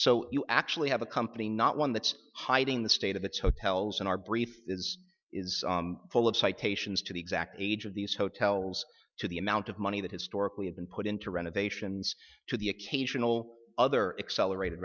so you actually have a company not one that's hiding the state of its hotels in our brief is full of citations to the exact aid of these hotels to the amount of money that historically had been put into renovations to the occasional other accelerated